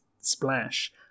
Splash